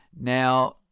Now